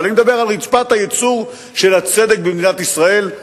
אבל אני מדבר על רצפת הייצור של הצדק במדינת ישראל,